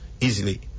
easily